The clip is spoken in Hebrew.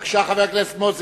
בבקשה, חבר הכנסת מוזס,